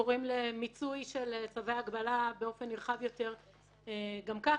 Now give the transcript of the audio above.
אנחנו קוראים למיצוי של צווי ההגבלה באופן נרחב יותר גם כך.